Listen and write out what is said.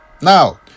Now